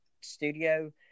studio